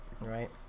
Right